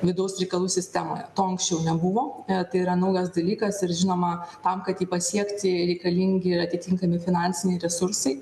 vidaus reikalų sistemoje to anksčiau nebuvo tai yra naujas dalykas ir žinoma tam kad jį pasiekti reikalingi atitinkami finansiniai resursai